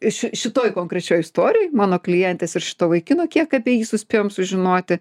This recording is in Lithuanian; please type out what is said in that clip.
ši šitoj konkrečioj istorijoj mano klientės ir šito vaikino kiek apie jį suspėjom sužinoti